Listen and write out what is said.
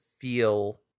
feel